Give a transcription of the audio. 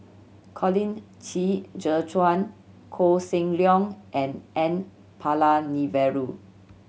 Colin Qi Zhe Quan Koh Seng Leong and N Palanivelu